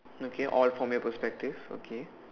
okay all from your prospective okay